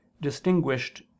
distinguished